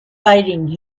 fighting